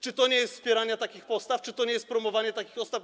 Czy to nie jest wspieranie takich postaw, czy to nie jest promowanie takich postaw?